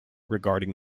regarding